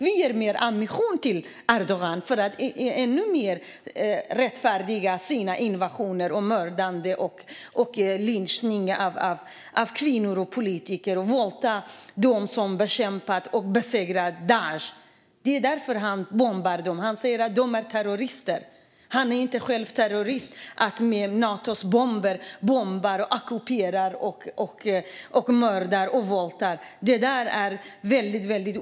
Vi ger mer ammunition till Erdogan för att han ännu mer ska kunna rättfärdiga sina invasioner, sitt mördande och sin lynchning av kvinnor och politiker. De som bekämpat och besegrat Daish våldtas. Han bombar dem, för han säger att de är terrorister. Men han är tydligen inte själv terrorist när han med Natos bomber bombar, ockuperar, mördar och våldtar. Det där är väldigt olyckligt.